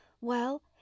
Well